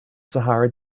sahara